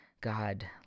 God